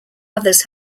others